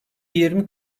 yirmi